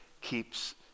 keeps